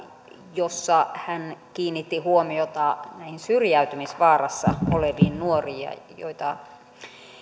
jossa hän kiinnitti huomiota syrjäytymisvaarassa oleviin nuoriin